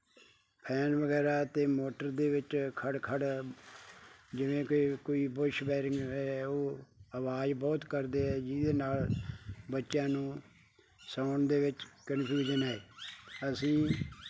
fan ਵਗੈਰਾ ਅਤੇ motor ਦੇ ਵਿੱਚ ਖੜ ਖੜ ਜਿਵੇਂ ਕਿ ਕੋਈ ਬੁਸ਼ ਬੈਰਿੰਗ ਹੈ ਉਹ ਆਵਾਜ਼ ਬਹੁਤ ਕਰਦੇ ਹੈ ਜਿਹਦੇ ਨਾਲ ਬੱਚਿਆਂ ਨੂੰ ਸੌਣ ਦੇ ਵਿੱਚ ਕਨਫਿਊਜ਼ਨ ਹੈ ਅਸੀਂ